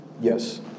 Yes